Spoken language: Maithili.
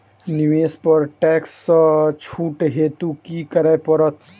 निवेश पर टैक्स सँ छुट हेतु की करै पड़त?